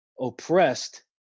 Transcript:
oppressed